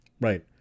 right